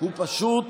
פשוט